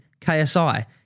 KSI